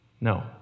No